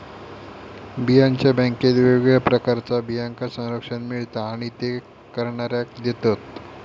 बियांच्या बॅन्केत वेगवेगळ्या प्रकारच्या बियांका संरक्षण मिळता आणि ते करणाऱ्याक देतत